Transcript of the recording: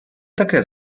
таке